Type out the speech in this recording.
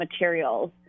materials